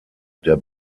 der